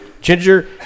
Ginger